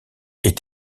est